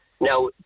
Now